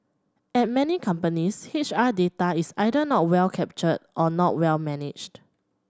at many companies H R data is either not well captured or not well managed